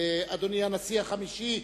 אדוני הנשיא החמישי,